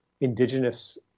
Indigenous